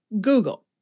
Google